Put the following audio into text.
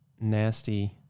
nasty